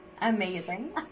Amazing